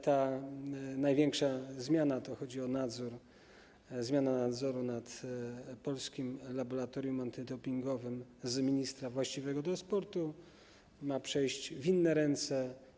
Ta największa zmiana - chodzi o nadzór, zmianę nadzoru nad Polskim Laboratorium Antydopingowym, z ministra właściwego do spraw sportu ma to przejść w inne ręce.